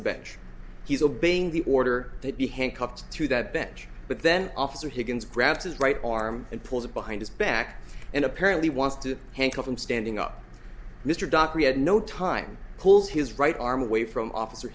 the bench he's obeying the order to be handcuffed to that bench but then officer higgins grabs his right arm and pulls it behind his back and apparently wants to handcuff him standing up mr dockery at no time pulls his right arm away from officer